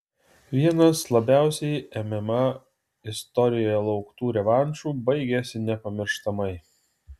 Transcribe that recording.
vienas labiausiai mma istorijoje lauktų revanšų baigėsi nepamirštamai